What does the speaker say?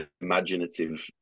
imaginative